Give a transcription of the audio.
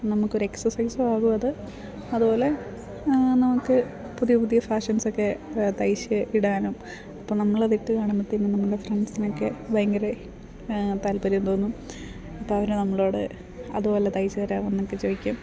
നമുക്കൊരു എക്സർസൈസും ആകും അത് അതുപോലെ നമുക്ക് പുതിയ പുതിയ ഫാഷൻസ് ഒക്കെ തയ്ച്ച് ഇടാനും അപ്പം നമ്മളതിട്ട് കാണുമ്പത്തേനും നമ്മുടെ ഫ്രണ്ട്സിനൊക്കെ ഭയങ്കര താല്പര്യം തോന്നും അപ്പം അവർ നമ്മളോട് അതുപോലെ തയ്ച്ച് തരാമോ എന്നൊക്കെ ചോദിക്കും